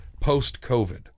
post-COVID